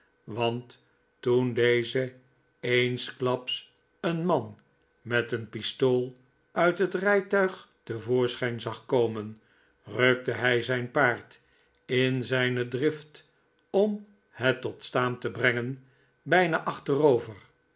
want toen deze eensklaps een man met een pistool uit het rijtuig te voorschijn zag komen rukte hij zijn paard in zijne drift om het tot staan te brengen bijna achterover